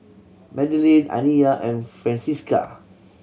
Madelene Aniyah and Francisca